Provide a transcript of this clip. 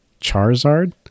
Charizard